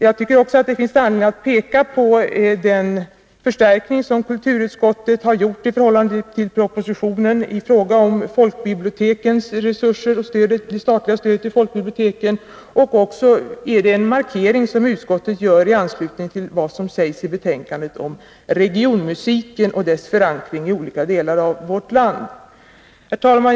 Jag anser också att det finns anledning att peka på den förstärkning som kulturutskottet har gjort i förhållande till propositionen i fråga om folkbibliotekens resurser och det statliga stödet till folkbiblioteken. Jag vill också fästa uppmärksamhet på den markering utskottet gör i betänkandet vad avser regionmusiken och betydelsen av dess förankring i olika delar av vårt land. Herr talman!